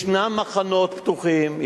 ישנם מחנות פתוחים,